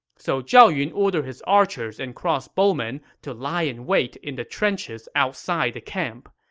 so zhao yun ordered his archers and crossbowmen to lie in wait in the trenches outside the camp.